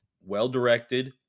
well-directed